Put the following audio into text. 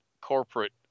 corporate